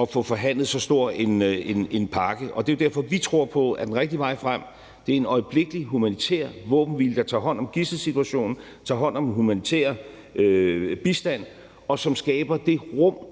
at få forhandlet så stor en pakke. Det er jo derfor, at vi tror på, at den rigtige vej frem er en øjeblikkelig humanitær våbenhvile, der tager hånd om gidselsituationen, som tager hånd om den humanitære bistand, og som skaber det rum,